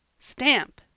stamp!